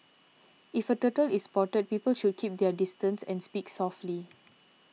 if a turtle is spotted people should keep their distance and speak softly